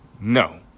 No